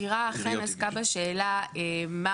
העתירה אכן עסקה בשאלה מה